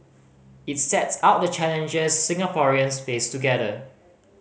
it sets out the challenges Singaporeans face together